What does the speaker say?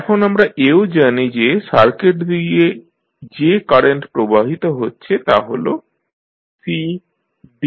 এখন আমরা এও জানি যে সার্কিট দিয়ে যে কারেন্ট প্রবাহিত হচ্ছে তা' হল Cdecdtit